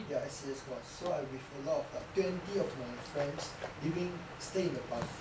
ya S_C_S course so I with a lot of like twenty of my friends living stay in the bunk